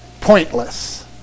pointless